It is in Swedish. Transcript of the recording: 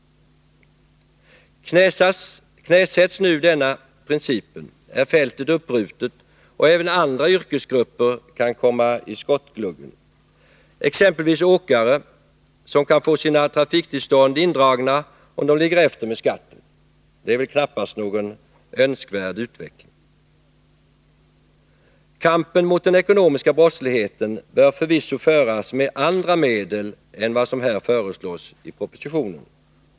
Knäsätts nu den här principen är fältet uppbrutet, och även andra yrkesgrupper kan komma i skottgluggen, exempelvis åkare som kan få sina trafiktillstånd indragna om de ligger efter med skatten. Det är väl knappast någon önskvärd utveckling. Kampen mot den ekonomiska brottsligheten bör förvisso föras med andra medel än vad som här föreslås i propositionen.